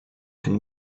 can